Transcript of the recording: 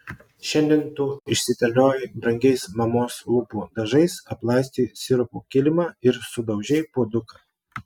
šiandien tu išsiterliojai brangiais mamos lūpų dažais aplaistei sirupu kilimą ir sudaužei puoduką